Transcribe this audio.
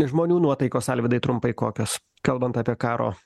žmonių nuotaikos alvydai trumpai kokios kalbant apie karo